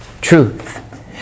Truth